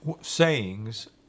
sayings